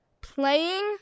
playing